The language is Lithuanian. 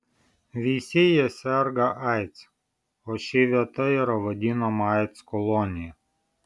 visi jie serga aids o ši vieta yra vadinama aids kolonija